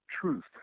truth